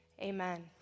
Amen